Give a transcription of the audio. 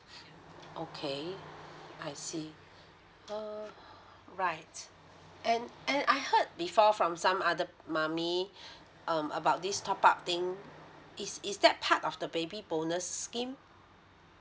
okay I see alright and and I heard before from some other mummy um about this top up thing is is that part of the baby bonus scheme